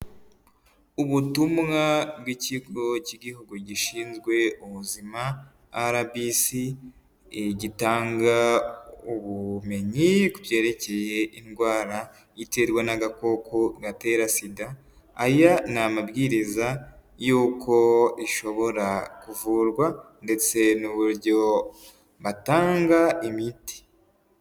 Ubutumwa bw'ikigo cy'igihugu gishinzwe ubuzima RBC, gitanga ubumenyi ku byerekeye indwara iterwa n'agakoko gatera sida, aya ni amabwiriza yuko ishobora kuvurwa, ndetse n'uburyo batanga imiti.